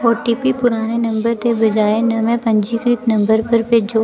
OTP पुराने number दे बजाए नमें पंजीकृत नंबर पर भेजो